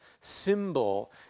symbol